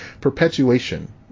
perpetuation